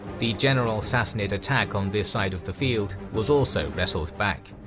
the general sassanid attack on this side of the field was also wrestled back.